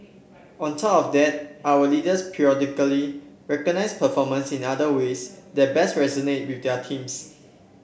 on top of that our leaders periodically recognise performance in other ways that best resonate with their teams